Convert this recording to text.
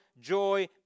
joy